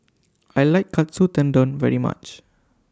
I like Katsu Tendon very much